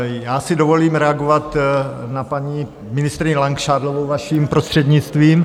Já si dovolím reagovat na paní ministryni Langšádlovou, vaším prostřednictvím.